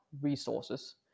resources